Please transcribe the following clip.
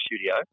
studio